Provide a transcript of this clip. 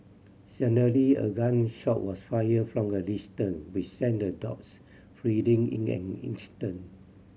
suddenly a gun shot was fired from a distance which sent the dogs fleeing in an instant